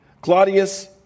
Claudius